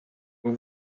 know